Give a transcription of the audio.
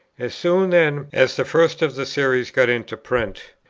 as soon then as the first of the series got into print,